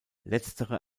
letztere